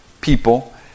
people